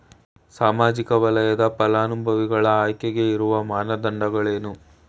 ಸಾಮಾಜಿಕ ವಲಯದ ಫಲಾನುಭವಿಗಳ ಆಯ್ಕೆಗೆ ಇರುವ ಮಾನದಂಡಗಳೇನು?